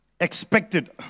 Expected